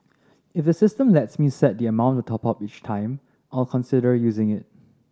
if the system lets me set the amount to top up each time I'll consider using it